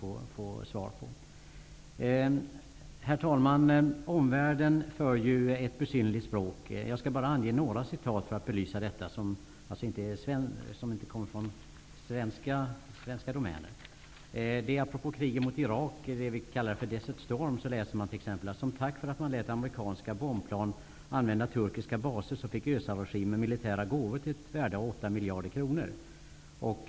Herr talman! Omvärlden talar ju ett besynnerligt språk. Jag skall återge något av vad som skrivits i en artikel av en engelsk journalist för att belysa detta. Apropå kriget mot Irak -- det vi kallade för Desert Storm -- kan man t.ex. läsa att Özal-regimen som tack för att den lät amerikanska bombplan använda turkiska baser fick militära gåvor till ett värde av 8 miljarder dollar.